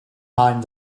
mind